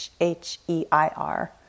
H-E-I-R